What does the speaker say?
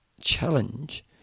challenge